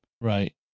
right